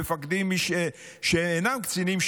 מפקדים שאינם קצינים,